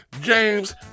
James